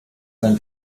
sein